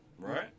Right